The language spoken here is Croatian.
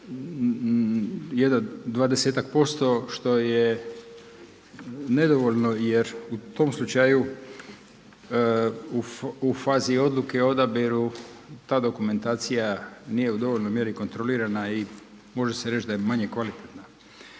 jedno dvadesetak posto što je nedovoljno jer u tom slučaju u fazi odluke o odabiru ta dokumentacija nije u dovoljnoj mjeri kontrolirana i može se reći da je manje kvalitetna.